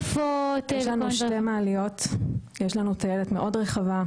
יש לנו טיילת מאוד רחבה,